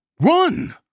Run